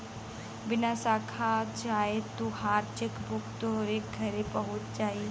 बिना साखा जाए तोहार चेकबुक तोहरे घरे पहुच जाई